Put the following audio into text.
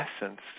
essence